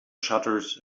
shutters